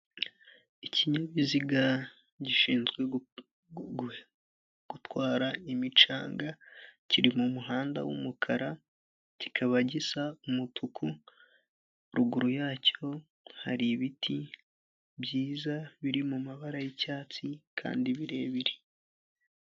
Ikinyabiziga gishinzwe gutwara imicanga kiri mu muhanda w'umukara kikaba gisa umutuku, ruguru yacyo hari ibiti byiza biri mabara y'icyatsi kandi birebire.